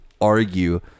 argue